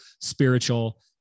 spiritual